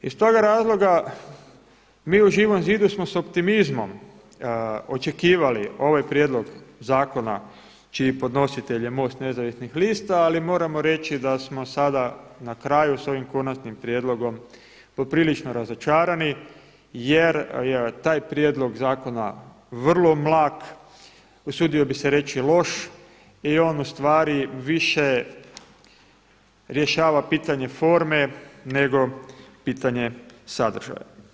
Iz toga razloga mi u Živom zidu smo s optimizmom očekivali ovaj prijedlog zakona čiji je podnositelj MOST Nezavisnih lista, ali moramo reći da smo sada na kraju s ovim konačnim prijedlogom poprilično razočarani jer je taj prijedlog zakona vrlo mlak, usudio bih se reći loš i on više rješava pitanje forme nego pitanje sadržaja.